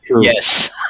Yes